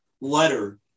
letter